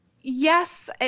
yes